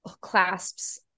clasps